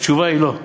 התשובה היא לא.